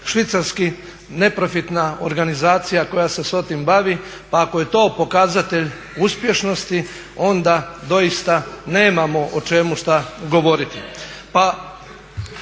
švicarska neprofitna organizacija koja se s tim bavi. Pa ako je to pokazatelj uspješnosti onda doista nemamo o čemu šta govoriti.